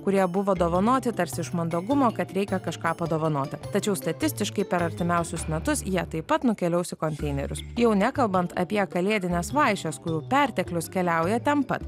kurie buvo dovanoti tarsi iš mandagumo kad reikia kažką padovanoti tačiau statistiškai per artimiausius metus jie taip pat nukeliaus į konteinerius jau nekalbant apie kalėdines vaišes kurių perteklius keliauja ten pat